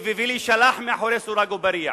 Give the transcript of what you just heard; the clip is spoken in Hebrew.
ולהישלח אל מאחורי סורג ובריח.